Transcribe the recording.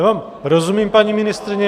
Já vám rozumím, paní ministryně.